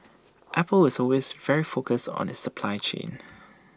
apple is always very focused on its supply chain